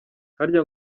harya